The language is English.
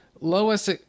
Lois